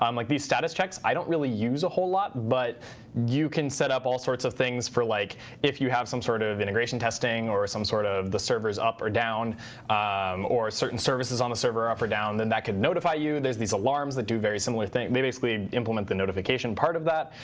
um like these status checks i don't really use a whole lot, but you can set up all sorts of things for like if you have some sort of integration testing or some sort of the servers up or down or certain services on a server up or down. then that can notify you. there's these alarms that do very similar things. they basically implement the notification part of that.